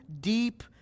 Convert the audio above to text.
deep